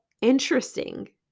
interesting